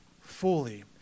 fully